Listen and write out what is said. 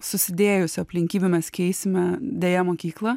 susidėjusių aplinkybių mes keisime deja mokyklą